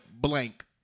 Blank